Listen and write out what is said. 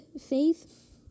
faith